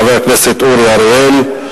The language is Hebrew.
חבר הכנסת אורי אריאל,